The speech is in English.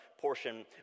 portion